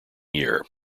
year